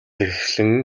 эхлэн